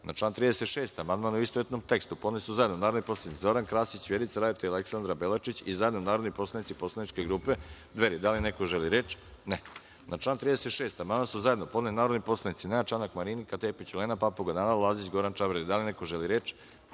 član 36. amandman, u istovetnom tekstu, podneli su zajedno narodni poslanici Zoran Krasić, Vjerica Radeta i Aleksandra Belačić, i zajedno narodni poslanici Poslaničke grupe Dveri. Da li neko želi reč? (Ne)Na član 36. amandman su zajedno podneli narodni poslanici Nenad Čanak, Marinika Tepić, Olena Papuga, Nada Lazić i Goran Čabradi. Da li neko želi reč?